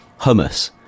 hummus